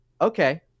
Okay